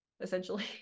essentially